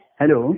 Hello